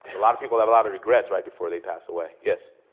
and a lot of people have a lot of regrets right before they pass away. yes.